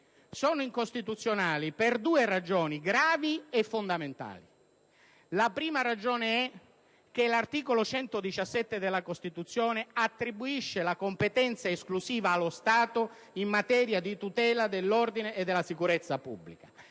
sono incostituzionali per due ragioni gravi e fondamentali. La prima è che l'articolo 117 della Costituzione attribuisce allo Stato in via esclusiva la competenza in materia di tutela dell'ordine e della sicurezza pubblici.